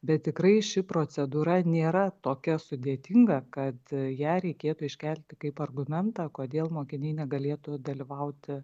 bet tikrai ši procedūra nėra tokia sudėtinga kad ją reikėtų iškelti kaip argumentą kodėl mokiniai negalėtų dalyvauti